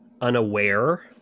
unaware